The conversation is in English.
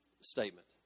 statement